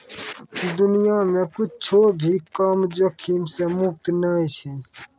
दुनिया मे कुच्छो भी काम जोखिम से मुक्त नै छै